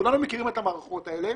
כולנו מכירים את המערכות האלה